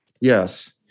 yes